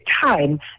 time